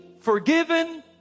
forgiven